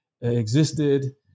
existed